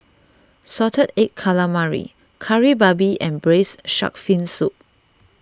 Salted Egg Calamari Kari Babi and Braised Shark Fin Soup